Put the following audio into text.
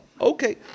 Okay